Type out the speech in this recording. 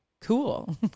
cool